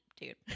dude